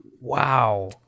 wow